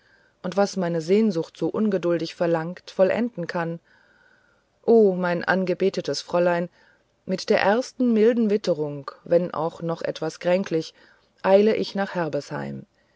und was meine sehnsucht so ungeduldig verlangt vollenden kann oh mein angebetetes fräulein mit der ersten milden witterung wenn auch noch etwas kränklich eile ich nach herbesheim